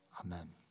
Amen